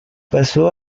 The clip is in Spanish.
pasó